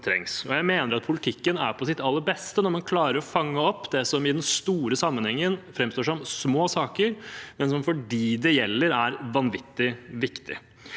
Jeg mener politikken er på sitt aller beste når man klarer å fange opp det som i den store sammenhengen framstår som små saker, men som for dem det gjelder, er vanvittig viktig.